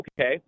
okay